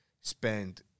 spend